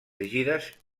rígides